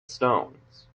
stones